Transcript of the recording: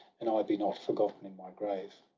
and i be not forgotten in my grave